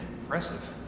impressive